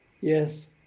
Yes